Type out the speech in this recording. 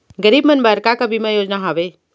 गरीब मन बर का का बीमा योजना हावे?